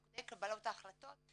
מוקדי קבלת ההחלטות,